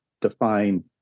define